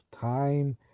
time